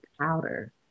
powder